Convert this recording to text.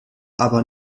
aber